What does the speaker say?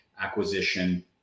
acquisition